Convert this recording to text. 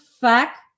fact